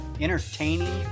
entertaining